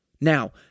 Now